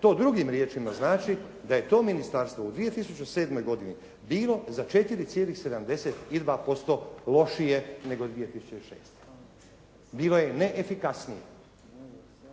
To drugim riječima znači da je to ministarstvo u 2007. godini bilo za 4,72% lošije nego 2006. Bilo je neefikasnije